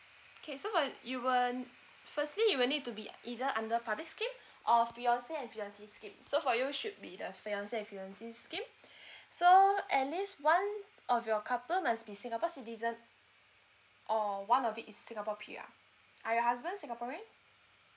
okay so when you when firstly you will need to be either under public scheme of fiance and fiancee scheme so for you should be the fiance and fiancee scheme so at least one of your couple must be singapore citizen or one of it is singapore P_R are your husband singaporean